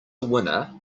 winner